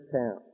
town